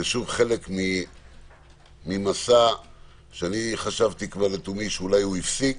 זה חלק ממסע שחשבתי למותי שאולי הפסיק,